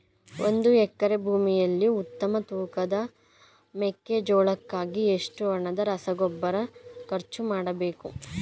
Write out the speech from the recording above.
ಒಂದು ಎಕರೆ ಭೂಮಿಯಲ್ಲಿ ಉತ್ತಮ ತೂಕದ ಮೆಕ್ಕೆಜೋಳಕ್ಕಾಗಿ ಎಷ್ಟು ಹಣದ ರಸಗೊಬ್ಬರ ಖರ್ಚು ಮಾಡಬೇಕು?